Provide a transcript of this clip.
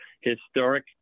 historic